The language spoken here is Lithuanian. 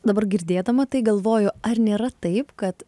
dabar girdėdama tai galvoju ar nėra taip kad